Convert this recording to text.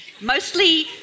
Mostly